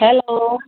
hello